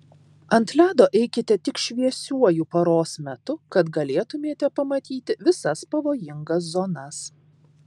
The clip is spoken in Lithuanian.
ant ledo eikite tik šviesiuoju paros metu kad galėtumėte pamatyti visas pavojingas zonas